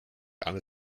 dann